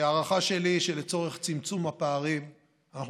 הערכה שלי היא שלצורך צמצום הפערים אנחנו